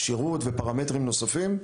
כשירות ופרמטרים נוספים,